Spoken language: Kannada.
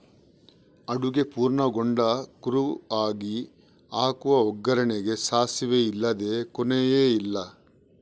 ಅಡುಗೆ ಪೂರ್ಣಗೊಂಡ ಕುರುಹಾಗಿ ಹಾಕುವ ಒಗ್ಗರಣೆಗೆ ಸಾಸಿವೆ ಇಲ್ಲದೇ ಕೊನೆಯೇ ಇಲ್ಲ